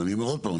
ואני אומר עוד פעם,